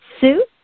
Sue